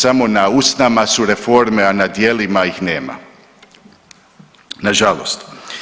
Samo na usnama su reforme, a na djelima ih nema, nažalost.